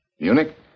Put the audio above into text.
Munich